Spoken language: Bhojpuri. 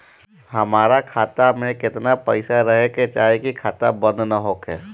हमार खाता मे केतना पैसा रहे के चाहीं की खाता बंद ना होखे?